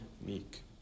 meek